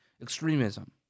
extremism